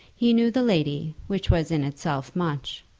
he knew the lady, which was in itself much.